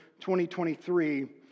2023